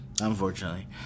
Unfortunately